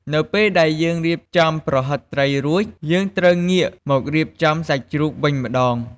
នៅពេលដែលយើងរៀបចំប្រហិតត្រីរួច យើងត្រូវងាកមករៀបចំសាច់ជ្រូកវិញម្ដង។